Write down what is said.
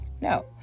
no